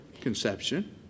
Conception